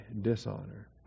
dishonor